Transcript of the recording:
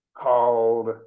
called